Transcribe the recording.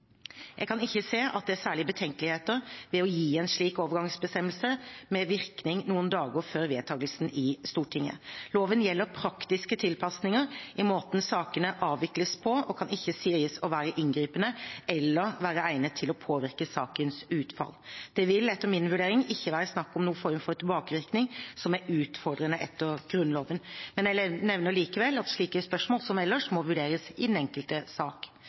Jeg kan ikke se at det er særlige betenkeligheter ved å gi en slik overgangsbestemmelse med virkning noen dager før vedtakelsen i Stortinget. Loven gjelder praktiske tilpasninger i måten sakene avvikles på, og kan ikke sies å være inngripende eller å være egnet til å påvirke sakenes utfall. Det vil etter min vurdering ikke være snakk om noen form for tilbakevirkning som er utfordrende etter Grunnloven, men jeg nevner likevel at slike spørsmål, som ellers, må vurderes i den enkelte sak.